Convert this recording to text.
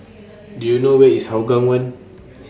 Do YOU know Where IS Hougang one